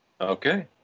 Okay